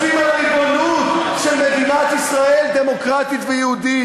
אנחנו חושבים על הריבונות של מדינת ישראל דמוקרטית ויהודית,